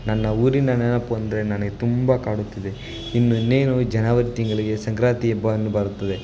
ನನ್ನ ಊರಿನ ನೆನಪು ಅಂದರೆ ನನಗೆ ತುಂಬ ಕಾಡುತ್ತಿದೆ ಇನ್ನು ಇನ್ನೇನು ಜನವರಿ ತಿಂಗಳಿಗೆ ಸಂಕ್ರಾಂತಿ ಹಬ್ಬ ಅನ್ನು ಬರುತ್ತದೆ